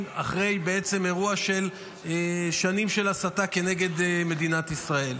אחרי אירוע של שנים של הסתה נגד מדינת ישראל.